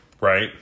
Right